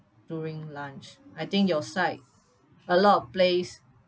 during lunch I think your side a lot of place